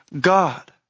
God